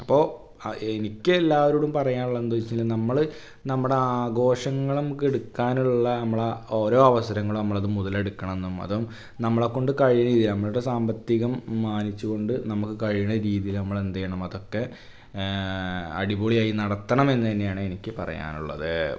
അപ്പോൾ ആ എനിക്കെല്ലാവരോടും പറയുക ഉള്ളതെന്താ ചോദിച്ചു കഴിഞ്ഞാൽ നമ്മൾ നമ്മുടെ ആഘോഷങ്ങൾ നമുക്കെടുക്കാനുള്ള നമ്മളുടെ ഓരോ അവസരങ്ങളും നമ്മളത് മുതലെടുക്കണമെന്നും അതും നമ്മളെ കൊണ്ട് കഴിയുന്ന രീതിയിൽ നമ്മളുടെ സാമ്പത്തികം മാനിച്ചുകൊണ്ട് നമുക്ക് കഴിയണ രീതിയിൽ നമ്മളെന്തു ചെയ്യണം അതൊക്കെ അടിപൊളിയായി നടത്തണം എന്നു തന്നെയാണ് എനിക്കു പറയാനുള്ളത്